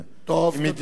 מדינת ישראל,